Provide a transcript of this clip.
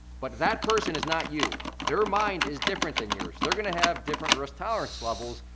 but that person is not you. their mind is different than yours, they're gonna have different risk tolerance levels,